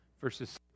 Verses